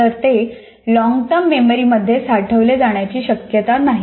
तर ते लॉन्गटर्म मेमरीमध्ये साठवले जाण्याची शक्यता नाही